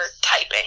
typing